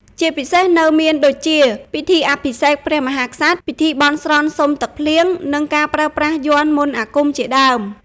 ជាពិសេសនៅមានដូចជា ពិធីអភិសេកព្រះមហាក្សត្រ ពិធីបន់ស្រន់សុំទឹកភ្លៀង និងការប្រើប្រាស់យ័ន្តមន្តអាគមជាដើម